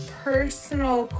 personal